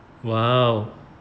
!wow!